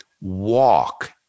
walk